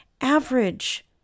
average